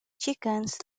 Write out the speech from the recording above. chickens